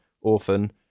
Orphan